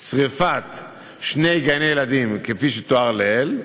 שרפת שני גני-ילדים, כפי שתואר לעיל,